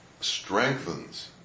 strengthens